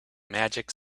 magic